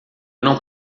não